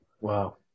Wow